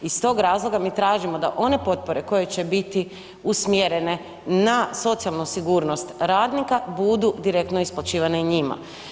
Iz tog razloga mi tražimo da one potpore koje će biti usmjerene na socijalnu sigurnost radnika, budu direktno isplaćivane njima.